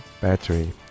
battery